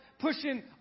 Pushing